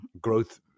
growth